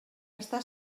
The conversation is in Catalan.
està